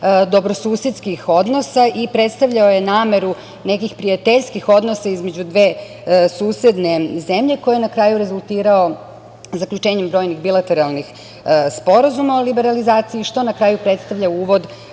dobrosusedskih odnosa i predstavljao je nameru nekih prijateljskih odnosa između dve susedne zemlje koji je na kraju rezultirao zaključenjem brojnih bilateralnih sporazuma o liberalizaciji, što na kraju predstavlja uvod